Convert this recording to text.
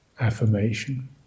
affirmation